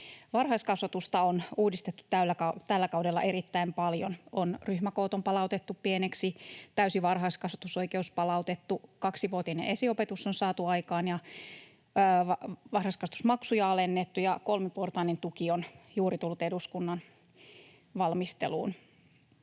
Varhaiskasvatusta on uudistettu tällä kaudella erittäin paljon. Ryhmäkoot on palautettu pieniksi, täysi varhaiskasvatusoikeus palautettu, kaksivuotinen esiopetus on saatu aikaan, varhaiskasvatusmaksuja alennettu ja kolmiportainen tuki on juuri tullut eduskunnan valmisteluun.